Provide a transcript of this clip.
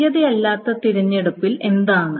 തുല്യതയില്ലാത്ത തിരഞ്ഞെടുപ്പിൽ എന്താണ്